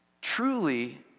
truly